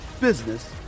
business